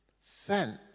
sent